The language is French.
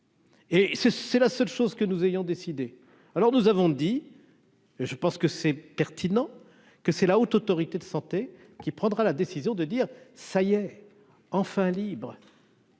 c'est la seule chose que nous ayons décidé alors nous avons dit, je pense que c'est pertinent que c'est la Haute autorité de santé qui prendra la décision de dire ça y est enfin libre.